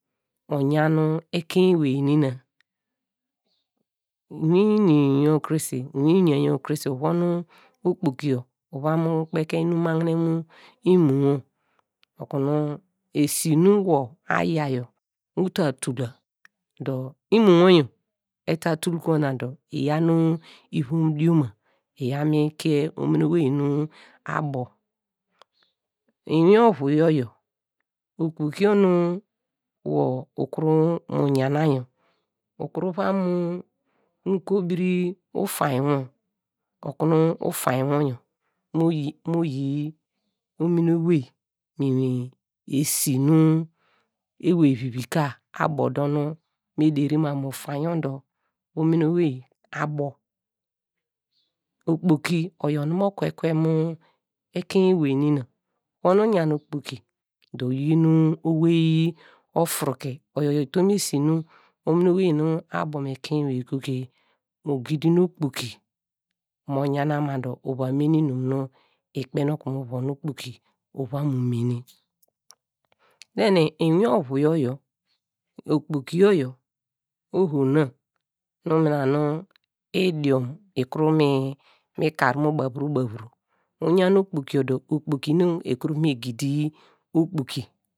Oyan nu ekein ewey nina inwin ini yor krese, uwon unya yor krese dor uvon okpoki yor uva mu kpeke inum magnem mu imo wor okunu esi nu wor aya yor uta tul la dor imo wor yor eta tul kwo na dor iyaw nu ivom dioma iyaw mi kie omini owey nu abo, inwin ovu yor yor, okpokio nu wor ukuru mu yana yor ukuru va mu kobiri ufain wor, okunu ufain wor yor mo yi omini owey mu esi me ewey vivi ka abo dor nu mu deri mam mu ufain yor dor omini owey abo, okpoki oyor nu mo kwe kwe mu ekein ewey nina wor mi inyan okpoki dor uyi owey ofuru ke oyor utum esi nu omini owey nu abo mu ekein ewey goge ogidin nu okpoki mo yana mo dor uva mene inum nu ikpen okunu mu von okpoki uvan mu mene, inwin ovu yor yor okpoki yor yor oho na mina nu idiom ikuru mu kar mu ba vuro ba vuro uyan okpoki yor okpoki nu ekuru va me gidi okpoki.